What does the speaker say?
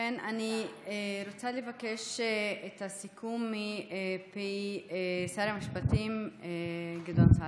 ולכן אני רוצה לבקש את הסיכום מפי שר המשפטים גדעון סער,